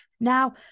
Now